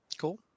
Cool